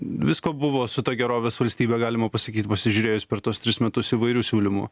visko buvo su ta gerovės valstybe galima pasakyt pasižiūrėjus per tuos tris metus įvairių siūlymų